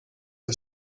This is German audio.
der